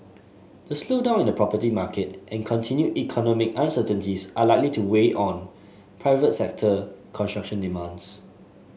the slowdown in the property market and continued economic uncertainties are likely to weigh on private sector construction demands